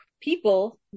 people